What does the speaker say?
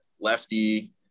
lefty